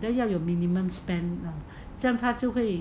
可是有 minimum spend lah 他就跟你